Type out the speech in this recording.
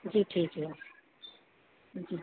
जी ठीक है जी